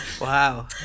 Wow